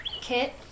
Kit